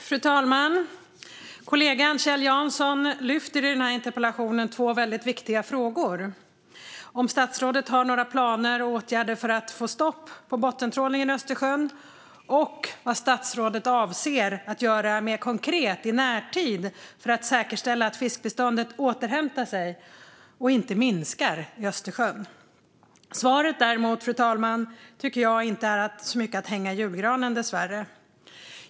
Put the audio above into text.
Fru talman! Kollegan Kjell Jansson ställer i denna interpellation två väldigt viktiga frågor: Har statsrådet några planer och åtgärder för att få stopp på bottentrålningen i Östersjön? Vad avser statsrådet att göra konkret i närtid för att säkerställa att fiskbeståndet återhämtar sig och inte minskar i Östersjön? Svaret är dessvärre inte så mycket att hänga julgranen.